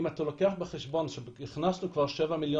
אם אתה לוקח בחשבון שהכנסנו כבר 7 מיליון